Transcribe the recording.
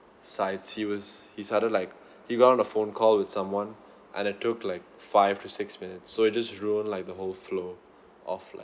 sites he was he started like he got on a phone call with someone and it took like five to six minutes so it just ruined like the whole flow of like